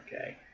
Okay